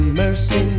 mercy